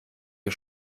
ihr